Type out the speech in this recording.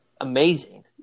amazing